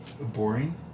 boring